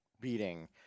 beating